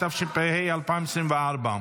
התשפ"ה 2024,